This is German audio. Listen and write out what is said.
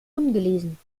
ungelesen